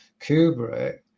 Kubrick